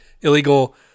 illegal